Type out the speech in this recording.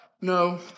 No